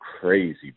crazy